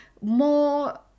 more